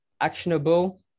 actionable